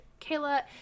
kayla